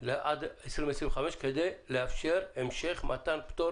ותתארך עד 2025 כדי לאפשר המשך מתן פטור